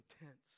intense